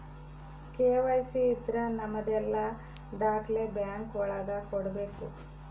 KYC ಇದ್ರ ನಮದೆಲ್ಲ ದಾಖ್ಲೆ ಬ್ಯಾಂಕ್ ಒಳಗ ಕೊಡ್ಬೇಕು